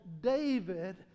David